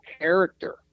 character